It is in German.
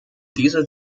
diese